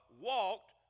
walked